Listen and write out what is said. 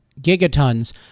gigatons